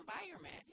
environment